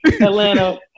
Atlanta